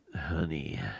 Honey